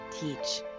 Teach